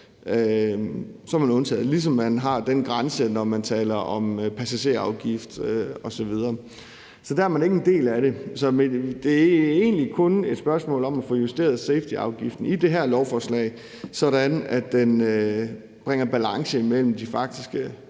ligesom man har den grænse, når man taler om passagerafgift osv.; så der er man ikke en del af det. Så i det her lovforslag er det egentlig kun et spørgsmål om at få justeret safetyafgiften, sådan at der bringes balance mellem de faktiske